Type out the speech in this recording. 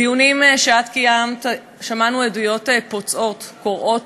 בדיונים שאת קיימת שמענו עדויות פוצעות,